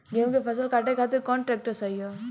गेहूँ के फसल काटे खातिर कौन ट्रैक्टर सही ह?